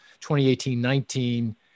2018-19